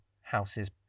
House's